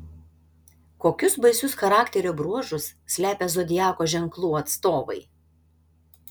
kokius baisius charakterio bruožus slepia zodiako ženklų atstovai